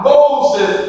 Moses